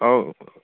ꯍꯥꯎ